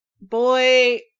Boy